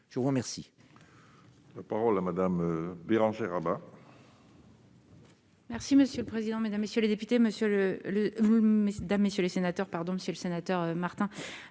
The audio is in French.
Je vous remercie